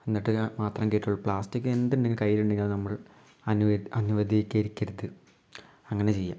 എന്നിട്ട് ഇത് മാത്രം കേറ്റുവൊള്ളു പ്ലാസ്റ്റിക്ക് എന്തുണ്ടെങ്കിലും കൈയ്യിലുണ്ടെങ്കിൽ അത് നമ്മൾ അനുവദിക്കരുത് അങ്ങനെ ചെയ്യാം